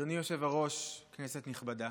אדוני היושב-ראש, כנסת נכבדה,